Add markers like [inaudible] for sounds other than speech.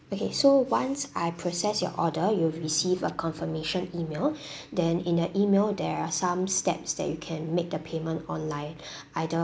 okay so once I process your order you will receive a confirmation email [breath] then in the email there are some steps that you can make the payment online [breath] either